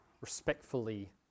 respectfully